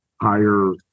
higher